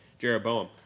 Jeroboam